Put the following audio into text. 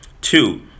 Two